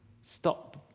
stop